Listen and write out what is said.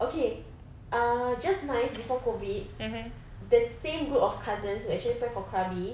okay ah just nice before COVID the same group of cousins who actually planned for krabi